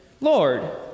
Lord